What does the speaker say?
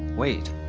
wait.